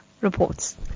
reports